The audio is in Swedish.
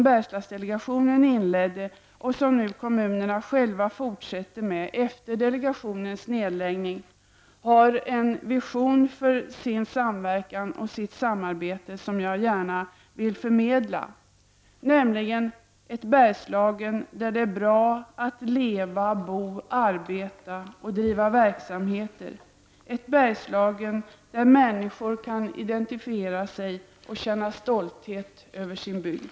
Bergslagsdelegationen inledde och som nu kommunerna själva fortsätter med efter delegationens nedläggning bygger på en vision för samverkan och samarbete, som jag gärna vill förmedla: Ett Bergslagen där det är bra att leva, bo, arbeta och driva verksamheter, ett Bergslagen där människor kan identifiera sig med och känna stolthet över sin bygd.